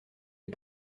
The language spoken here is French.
est